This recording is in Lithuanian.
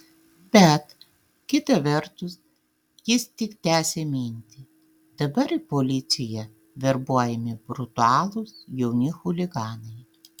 bet kita vertus jis tik tęsė mintį dabar į policiją verbuojami brutalūs jauni chuliganai